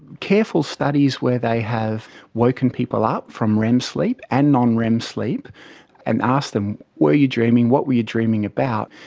careful studies where they have woken people up from rem sleep and non-rem sleep and asked them, were you dreaming? what were you dreaming about?